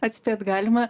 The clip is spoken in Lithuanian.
atspėt galima